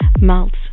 melts